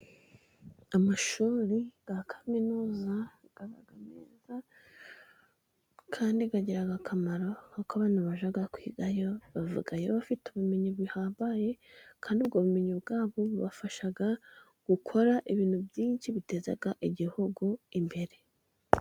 Amashuri ya kaminuza aba meza kandi agira akamaro kuko abantu bajya kwigayo, bavayo bafite ubumenyi buhambaye, kandi ubwo bumenyi bwabo bubafasha gukora ibintu byinshi biteza igihugu imbere.